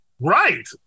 Right